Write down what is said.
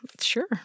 sure